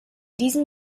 diesem